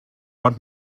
want